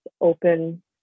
open